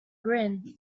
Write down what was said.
grin